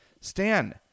Stan